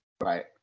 Right